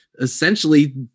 essentially